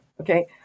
Okay